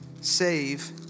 save